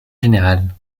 général